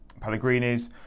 Pellegrini's